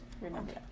remember